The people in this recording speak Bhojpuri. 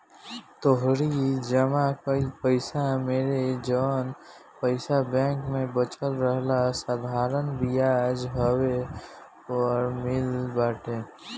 तोहरी जमा कईल पईसा मेसे जवन पईसा बैंक में बचल रहेला साधारण बियाज ओही पअ मिलत बाटे